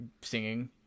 singing